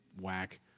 whack